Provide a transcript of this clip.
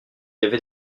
avait